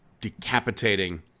decapitating